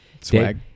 Swag